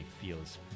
feels